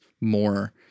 more